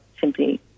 simply